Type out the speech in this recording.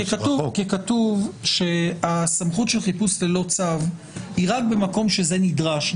כי כתוב שהסמכות של חיפוש ללא צו היא רק במקום שזה נדרש.